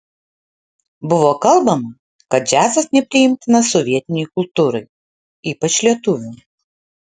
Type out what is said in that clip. buvo kalbama kad džiazas nepriimtinas sovietinei kultūrai ypač lietuvių